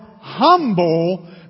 humble